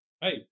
Hey